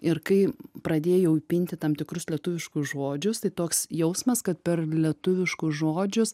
ir kai pradėjau įpinti tam tikrus lietuviškus žodžius tai toks jausmas kad per lietuviškus žodžius